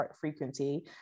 frequency